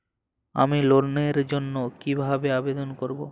আমি লোনের জন্য কিভাবে আবেদন করব?